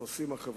בנושאים החברתיים.